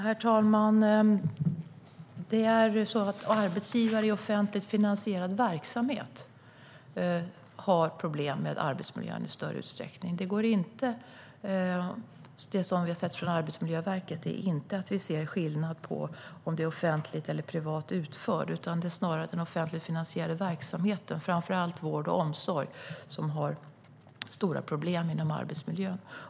Herr talman! Arbetsgivare i offentligt finansierad verksamhet har problem med arbetsmiljön i större utsträckning. Det vi har sett från Arbetsmiljöverket är inte att det är någon skillnad på om det hela är offentligt eller privat utfört, utan det är snarare den offentligt finansierade verksamheten, framför allt vård och omsorg, som har stora problem vad gäller arbetsmiljön.